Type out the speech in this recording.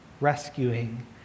rescuing